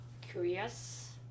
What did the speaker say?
curious